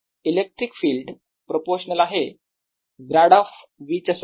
electric field proportional आहे grad of V च्या सोबत